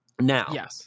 Now